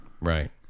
Right